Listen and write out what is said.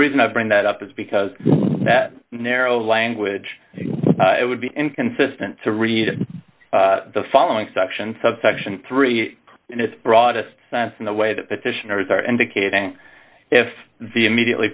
reason i bring that up is because that narrow language it would be inconsistent to read the following section subsection three in its broadest sense in the way the petitioners are indicating if the immediately